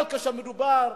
אבל כשמדובר